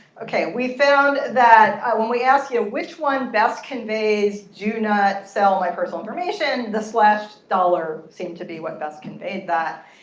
ok. we found that when we asked you, which one best conveys, do not sell my personal information? the slash dollar seemed to be what best conveyed that.